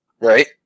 Right